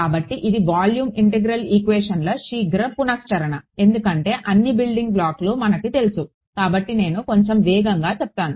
కాబట్టి ఇది volume integral ఈక్వేషన్ల శీఘ్ర పునశ్చరణ ఎందుకంటే అన్ని బిల్డింగ్ బ్లాక్లు మనకు తెలుసు కాబట్టి నేను కొంచెం వేగంగా చెప్పాను